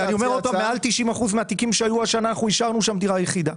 מעל 90% שהיו השנה אנחנו השארנו שם דירה יחידה.